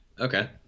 Okay